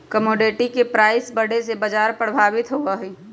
commodity के price बढ़े से बाजार प्रभावित होबा हई